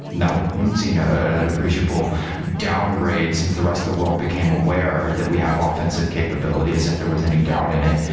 no. we haven't seen ah an appreciable downgrade since the rest the world became aware that we have offensive capabilities if there was any doubt in it.